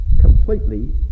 completely